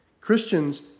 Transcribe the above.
Christians